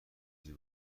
چیزی